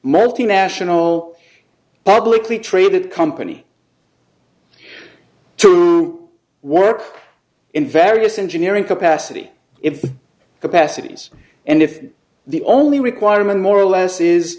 multinational publicly traded company to work in various engineering capacity if capacities and if the only requirement more or less is